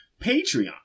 Patreon